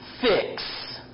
Fix